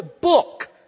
book